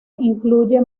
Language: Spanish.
incluye